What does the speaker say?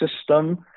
system